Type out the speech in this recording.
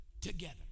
together